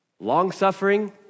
long-suffering